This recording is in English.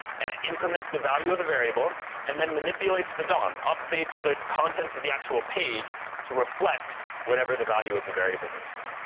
and it increments the value of the variable and then manipulates the dom, updates the contents of the actual page to reflect whatever the value of the variable is.